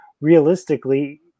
realistically